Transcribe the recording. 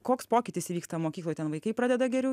koks pokytis įvyksta mokykloj ten vaikai pradeda geriau